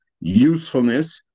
usefulness